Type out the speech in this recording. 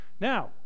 Now